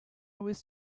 was